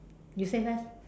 you say first